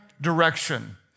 direction